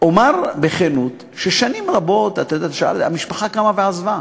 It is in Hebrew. אומר בכנות ששנים רבות, המשפחה קמה ועזבה,